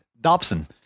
Dobson